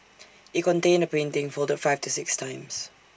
IT contained A painting folded five to six times